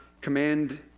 command